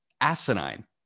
asinine